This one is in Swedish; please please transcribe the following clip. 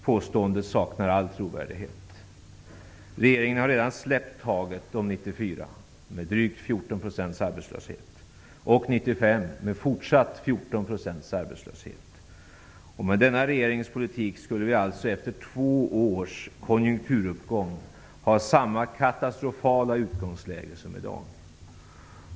Påståendet saknar all trovärdighet. Regeringen har redan släppt taget om 1994 med drygt 14 % arbetslöshet och 1995 med fortsatt 14 % arbetslöshet. Med denna regerings politik skulle vi alltså efter två års konjunkturuppgång ha samma katastrofala utgångsläge som i dag.